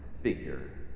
figure